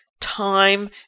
time